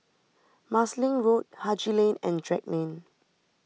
Marsiling Road Haji Lane and Drake Lane